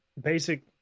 basic